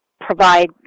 provide